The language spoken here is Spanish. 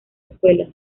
escuela